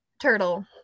Turtle